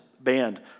banned